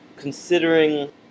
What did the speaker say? Considering